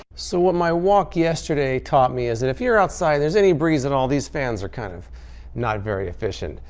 so what my walk yesterday taught me is that if you're outside and there's any breeze at all, these fans are kind of not very efficient.